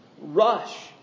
rush